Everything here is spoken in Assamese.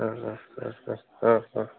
অঁ অঁ অঁ অঁ অঁ অঁ